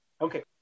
Okay